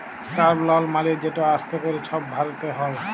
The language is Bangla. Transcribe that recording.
টার্ম লল মালে যেট আস্তে ক্যরে ছব ভরতে হ্যয়